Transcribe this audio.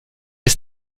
ist